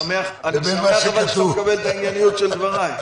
אני שמח שאתה מקבל את הענייניות של דבריי.